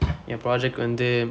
என்:en project வந்து:vandthu